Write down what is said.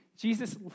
Jesus